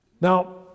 Now